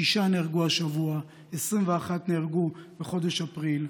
שישה נהרגו השבוע, 21 נהרגו בחודש אפריל,